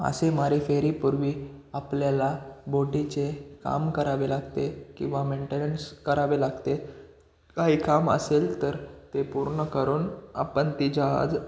मासेमारी फेरीपूर्वी आपल्याला बोटीचे काम करावे लागते किंवा मेंटेनन्स करावे लागते काही काम असेल तर ते पूर्ण करून आपण ती जहाज